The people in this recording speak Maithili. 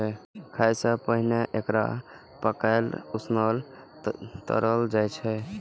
खाय सं पहिने एकरा पकाएल, उसनल, तरल जाइ छै